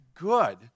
good